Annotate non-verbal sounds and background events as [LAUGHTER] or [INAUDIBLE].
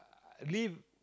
[NOISE] live